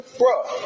bruh